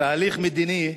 תהליך מדיני,